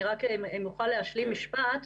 אם אני רק אוכל להשלים משפט,